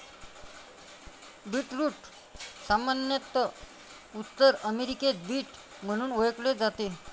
beetroot सामान्यत उत्तर अमेरिकेत बीट म्हणून ओळखले जाते